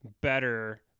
better